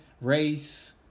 race